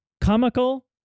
comical